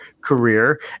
career